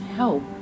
help